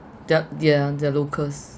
they're locals